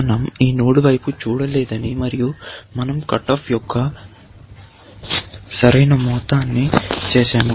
మనం ఈ నోడ్ వైపు చూడలేదని మరియు మనం కట్ ఆఫ్ యొక్క సరసమైన మొత్తాన్ని చేసాము